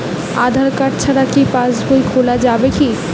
আধার card ছাড়া কি পাসবই খোলা যাবে কি?